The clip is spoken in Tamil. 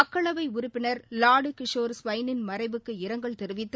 மக்களவை உறுப்பினர் வாடு கிஷோர் ஸ்வைனின் மறைவுக்கு இரங்கல் தெரிவித்து